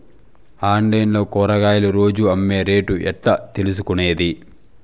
Online లో కూరగాయలు రోజు అమ్మే రేటు ఎట్లా తెలుసుకొనేది?